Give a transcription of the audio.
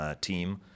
team